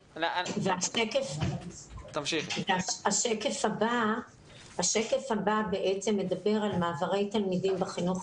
השקף הבא מדבר על מעברי תלמידים בחינוך